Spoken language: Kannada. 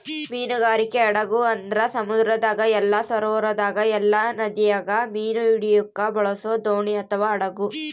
ಮೀನುಗಾರಿಕೆ ಹಡಗು ಅಂದ್ರ ಸಮುದ್ರದಾಗ ಇಲ್ಲ ಸರೋವರದಾಗ ಇಲ್ಲ ನದಿಗ ಮೀನು ಹಿಡಿಯಕ ಬಳಸೊ ದೋಣಿ ಅಥವಾ ಹಡಗು